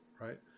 right